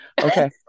Okay